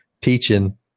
teaching